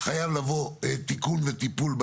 חייב לבוא תיקון וטיפול.